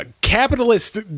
capitalist